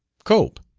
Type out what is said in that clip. cope.